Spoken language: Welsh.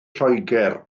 lloegr